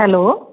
hello